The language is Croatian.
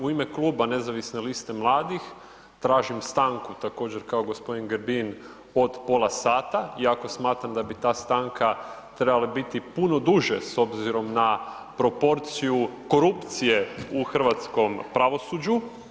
U ime Kluba Nezavisne liste mladih tražim stanku, također kao g. Grbin od pola sata, iako smatram da bi ta stanka trebala biti i puno duže s obzirom na proporciju korupcije u hrvatskom pravosuđu.